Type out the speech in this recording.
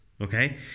okay